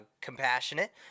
compassionate